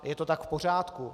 Je to tak v pořádku.